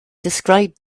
described